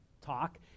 talk